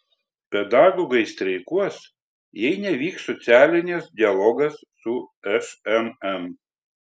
pedagogai streikuos jei nevyks socialinis dialogas su šmm